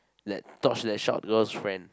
let torch that short girl's friend